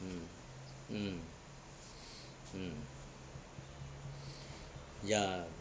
mm mm mm ya